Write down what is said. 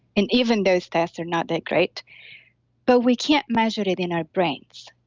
and even those tests are not that great but we can't measure it in our brains.